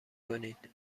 کنید